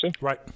Right